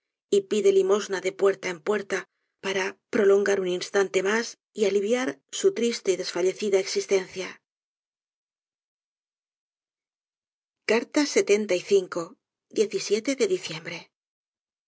y pide limosna de puerta en puerta para prolongar un instante mas y aliviar su triste y desfallecida existencia de diciembre